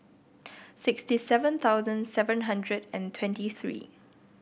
sixty seven thousand seven hundred and twenty three